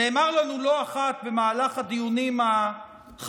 נאמר לנו לא אחת במהלך הדיונים החפוזים